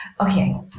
okay